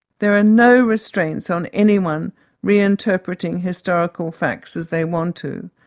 there are no restraints on anyone re-interpreting historical facts as they want to.